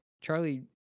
Charlie